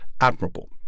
admirable